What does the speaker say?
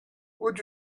would